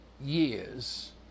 years